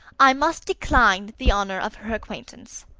i must decline the honor of her acquaintance.